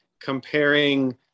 comparing